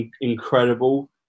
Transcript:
incredible